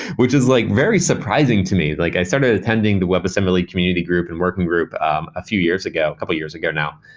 which is like very surprising to me. like i started attending the web assembly community group and working group um a few years ago, a couple of years ago now,